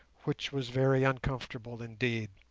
which was very uncomfortable indeed.